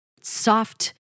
soft